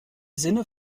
sinne